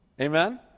Amen